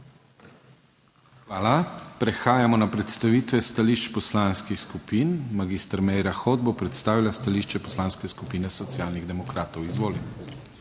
Hvala. Prehajamo na predstavitev stališč poslanskih skupin. Magistra Meira Hot bo predstavila stališče Poslanske skupine Socialnih demokratov. Izvolite.